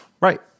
Right